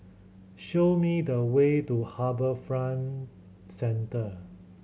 show me the way to HarbourFront Centre